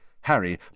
Harry